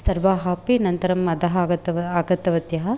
सर्वाः अपि अनन्तरम् अधः आगतम् आगतवत्यः